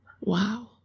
Wow